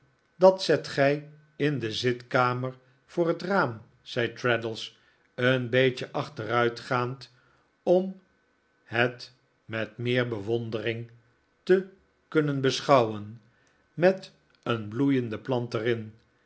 dat zet gij in de zitkamer voor het raam zei traddles een beetje achteruitgaand om het met meer bewondering te kunnen beschouwen met een bloeiende plant